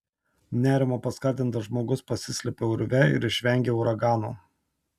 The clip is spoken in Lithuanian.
nerimo paskatintas žmogus pasislepia urve ir išvengia uragano